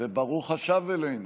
זה חלק מהבעיה, לא חלק מהפתרון.